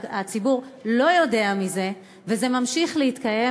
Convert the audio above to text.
והציבור לא יודע מזה וזה ממשיך להתקיים,